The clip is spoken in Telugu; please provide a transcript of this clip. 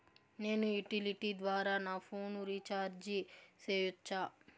నేను యుటిలిటీ ద్వారా నా ఫోను రీచార్జి సేయొచ్చా?